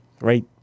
right